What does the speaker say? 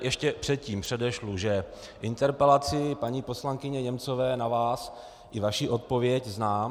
Ještě předtím předešlu, že interpelaci paní poslankyně Němcové na vás i vaši odpověď znám.